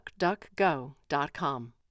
DuckDuckGo.com